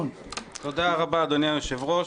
תודה רבה, אדוני היושב-ראש.